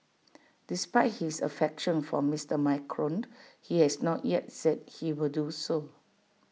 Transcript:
despite his affection for Mister Macron he has not yet said he will do so